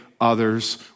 others